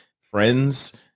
friends